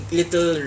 little